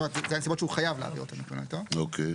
ו-(ג),